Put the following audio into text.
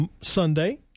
Sunday